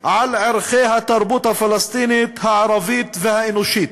על ערכי התרבות הפלסטינית, הערבית והאנושית,